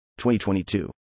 2022